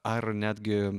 ar netgi